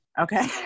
okay